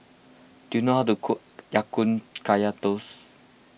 do you know how to cook Ya Kun Kaya Toast